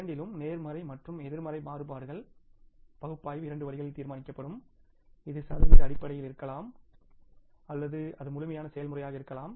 இரண்டிலும் நேர்மறை மற்றும் எதிர்மறை மாறுபாடுகள் பகுப்பாய்வு இரண்டு வழிகளில் தீர்மானிக்கப்படும் இது சதவீத அடிப்படையில் இருக்கலாம் அல்லது அது முழுமையான செயல்முறையாக இருக்கலாம்